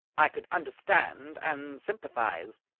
i could understand and sympathize.